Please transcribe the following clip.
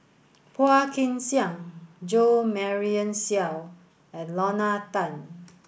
Phua Kin Siang Jo Marion Seow and Lorna Tan